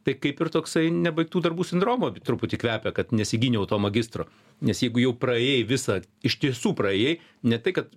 tai kaip ir toksai nebaigtų darbų sindromu truputį kvepia kad nesigyniau to magistro nes jeigu jau praėjai visą iš tiesų praėjai ne tai kad